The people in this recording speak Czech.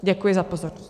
Děkuji za pozornost.